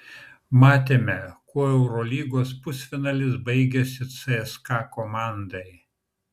matėme kuo eurolygos pusfinalis baigėsi cska komandai